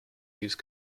use